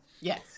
Yes